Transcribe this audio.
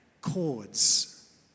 chords